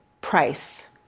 price